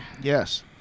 Yes